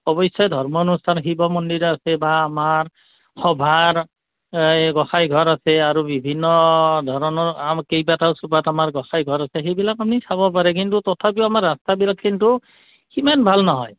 অৱশ্যে ধৰ্ম অনুষ্ঠান শিৱ মন্দিৰ আছে বা আমাৰ সভাত এই গোঁসাই ঘৰ আছে আৰু বিভিন্ন ধৰণৰ আন কেইবাটাও চুবাত আমাৰ গোঁসাই ঘৰ আছে সেইবিলাক আপুনি চাব পাৰোঁ কিন্তু তথাপিও আমাৰ ৰাস্তাবিলাক কিন্তু সিমান ভাল নহয়